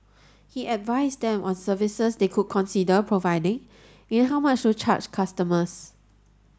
he advised them on services they could consider providing and how much to charge customers